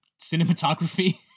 cinematography